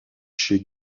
chez